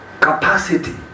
capacity